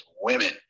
women